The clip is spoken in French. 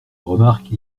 remarque